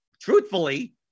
Truthfully